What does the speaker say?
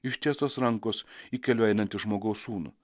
ištiestos rankos įkeliu einantį žmogaus sūnų